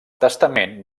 testament